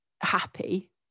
happy